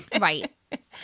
Right